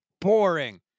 boring